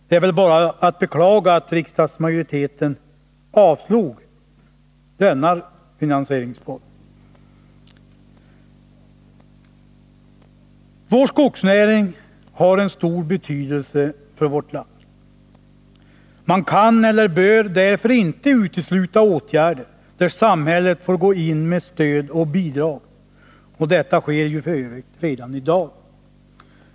Det är väl bara att beklaga att den borgerliga majoriteten inte ville acceptera denna finansieringsform. Vår skogsnäring har stor betydelse för vårt land. Man kan eller bör därför inte utesluta åtgärder där samhället får gå in med stöd och bidrag. Detta sker f. ö. redan i dag.